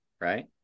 Right